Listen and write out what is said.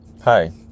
Hi